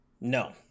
no